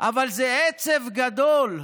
אבל זה עצב גדול,